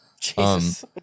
Jesus